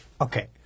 Okay